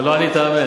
אבל לא ענית אמן.